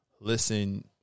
listen